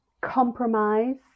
Compromise